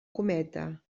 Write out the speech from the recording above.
cometa